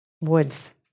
Wood's